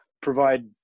provide